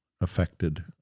affected